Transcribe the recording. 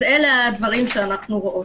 אז אלה הדברים שאנחנו רואות.